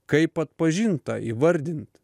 kaip atpažint tą įvardint